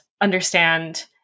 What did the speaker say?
understand